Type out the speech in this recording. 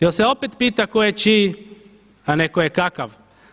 Jel' se opet pita tko je čiji, a ne tko je kakav?